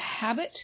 habit